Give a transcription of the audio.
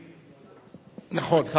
נכון.